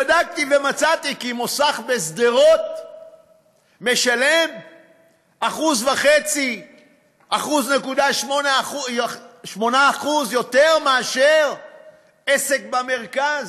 בדקתי ומצאתי כי מוסך בשדרות משלם 1.5% 1.8% יותר מעסק במרכז.